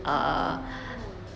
oo